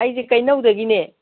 ꯑꯩꯁꯦ ꯀꯩꯅꯧꯗꯒꯤꯅꯦ